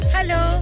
Hello